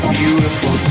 beautiful